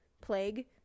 plague